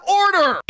order